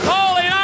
Holy